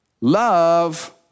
Love